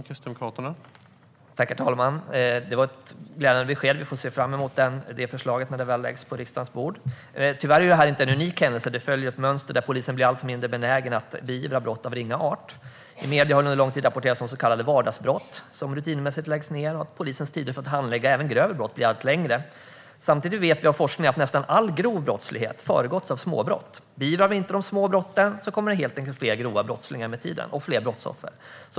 Herr talman! Det var ett glädjande besked. Vi ser fram mot förslaget när det väl läggs på riksdagens bord. Tyvärr är inte detta en unik händelse. Detta följer ett mönster där polisen blir allt mindre benägen att beivra brott av ringa art. I medierna har det under lång tid rapporterats om så kallade vardagsbrott som rutinmässigt läggs ned. Polisens tider för att handlägga även grövre brott blir allt längre. Samtidigt vet vi genom forskning att nästan all grov brottslighet har föregåtts av småbrott. Om vi inte beivrar de små brotten kommer det helt enkelt fler grova brottslingar med tiden, och fler brottsoffer.